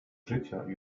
życia